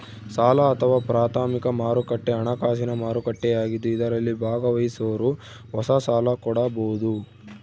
ಸಾಲ ಅಥವಾ ಪ್ರಾಥಮಿಕ ಮಾರುಕಟ್ಟೆ ಹಣಕಾಸಿನ ಮಾರುಕಟ್ಟೆಯಾಗಿದ್ದು ಇದರಲ್ಲಿ ಭಾಗವಹಿಸೋರು ಹೊಸ ಸಾಲ ಕೊಡಬೋದು